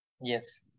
Yes